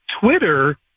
Twitter